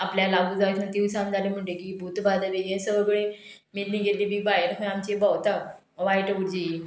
आपल्या लागू जावचीना तिनसांज जाली म्हणटकीर भूत बादा बीन हें सगळें मेल्लीं गेल्लीं बी भायर खंय आमचीं भोंवता वायट उर्जा